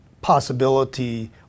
possibility